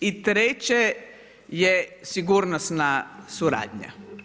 I treće je sigurnosna suradnja.